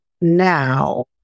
now